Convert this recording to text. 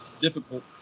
difficult